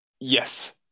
Yes